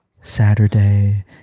Saturday